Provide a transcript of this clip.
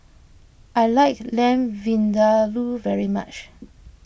I like Lamb Vindaloo very much